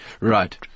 Right